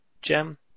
gem